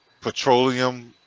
petroleum